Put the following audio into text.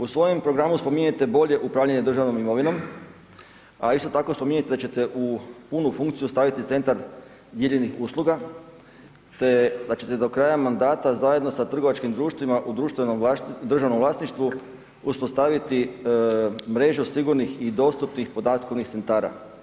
U svojem programu spominjete bolje upravljanje državnom imovinom, a isto tako spominjete da ćete u punu funkciju staviti centar dijeljenih usluga, te da ćete do kraja mandata zajedno sa trgovačkim društvima u državnom vlasništvu uspostaviti mrežu sigurnih i dostupnih podatkovnih centara.